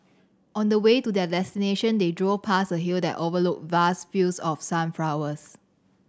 on the way to their destination they drove past a hill that overlooked vast fields of sunflowers